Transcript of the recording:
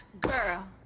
girl